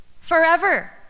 forever